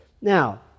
Now